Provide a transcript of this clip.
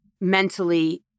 mentally